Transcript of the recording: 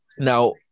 Now